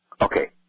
okay